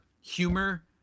humor